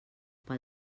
pel